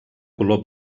color